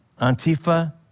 Antifa